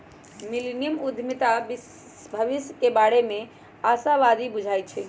millennium उद्यमीता भविष्य के बारे में आशावादी बुझाई छै